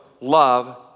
love